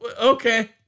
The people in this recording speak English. okay